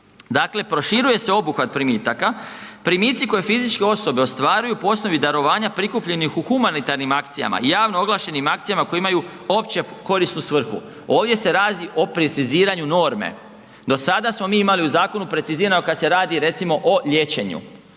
dakle proširuje se obuhvat primitaka, primici koje fizičke osobe ostvaruju po osnovi darovanja prikupljenih u humanitarnim akcijama i javno oglašenim akcijama koje imaju opće korisnu svrhu. Ovdje se radi o preciziranju norme. Do sada smo mi imali u zakonu pecizirano kad se radi recimo o liječenju,